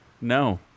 No